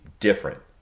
different